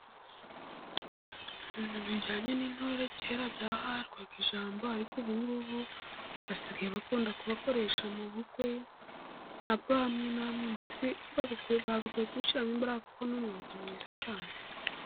Ibintu bijyanye n'intore, kera byahabwaga ijambo, ariko ubungubu basigaye bakunda kubakoresha mu bukwe, nabwo hamwe na hamwe, mbese bagakwiye gushyiramo imbaraga, kuko ni umwuga mwiza cyane.